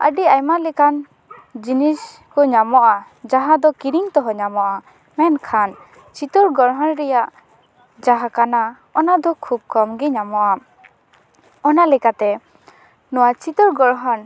ᱟ ᱰᱤ ᱟᱭᱢᱟ ᱞᱮᱠᱟᱱ ᱡᱤᱱᱤᱥ ᱠᱚ ᱧᱟᱢᱚᱜᱼᱟ ᱡᱟᱦᱟᱸ ᱫᱚ ᱠᱤᱨᱤᱧ ᱛᱮᱦᱚᱸ ᱧᱟᱢᱚᱜᱼᱟ ᱢᱮᱱᱠᱷᱟᱱ ᱪᱤᱛᱟᱹᱨ ᱜᱚᱲᱦᱚᱱ ᱨᱮᱭᱟᱜ ᱡᱟᱦᱟᱸ ᱠᱟᱱᱟ ᱚᱱᱟ ᱫᱚ ᱠᱷᱩᱵ ᱠᱚᱢ ᱜᱮ ᱧᱟᱢᱚᱜᱼᱟ ᱚᱱᱟ ᱞᱮᱠᱟᱛᱮ ᱱᱚᱣᱟ ᱪᱤᱛᱟᱹᱨ ᱜᱚᱲᱦᱚᱱ